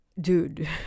dude